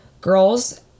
girls